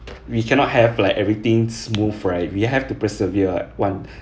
we cannot have like everything smooth right we have to persevere [one]